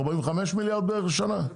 45 מיליארד בערך בשנה?